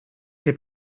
che